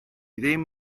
ddim